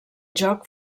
joc